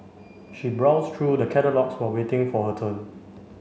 she browsed through the catalogues while waiting for her turn